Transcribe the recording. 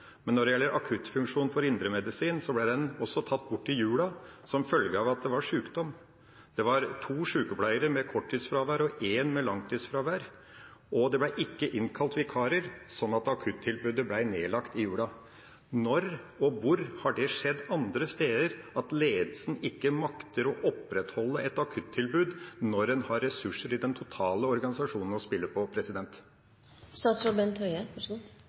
Når det gjelder akuttfunksjonen for indremedisin, ble den også tatt bort i jula som følge av at det var sykdom. Det var to sykepleiere med korttidsfravær og en med langtidsfravær, og det ble ikke innkalt vikarer, så akutt-tilbudet ble nedlagt i jula. Når og hvor har det skjedd andre steder at ledelsen ikke makter å opprettholde et akutt-tilbud når en har ressurser i den totale organisasjonen å spille på?